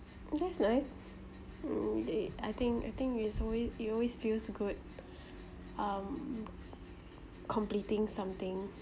that's nice mm did I think I think is always it always feels good um completing something